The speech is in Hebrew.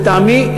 לטעמי,